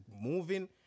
moving